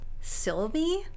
sylvie